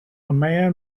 man